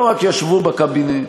לא רק ישבו בקבינט,